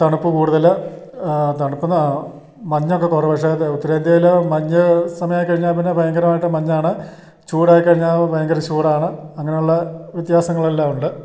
തണുപ്പ് കൂടുതൽ തണുപ്പെന്നാൽ മഞ്ഞൊക്കെ കുറേ പക്ഷേ അത് ഉത്തരേന്ത്യയിൽ മഞ്ഞ് സമയമായിക്കഴിഞ്ഞാൽ പിന്നെ ഭയങ്കരമായിട്ട് മഞ്ഞാണ് ചൂടായി കഴിഞ്ഞാൽ ഭയങ്കര ചൂടാണ് അങ്ങനെയുള്ള വ്യത്യാസങ്ങളെല്ലാം ഉണ്ട്